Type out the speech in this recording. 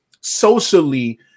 socially